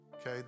Okay